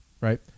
Right